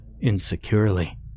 insecurely